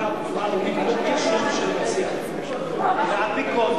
החוק לוועדת שרים לחקיקה בצורה אנונימית,